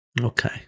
Okay